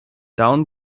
down